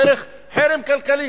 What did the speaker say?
דרך חרם כלכלי,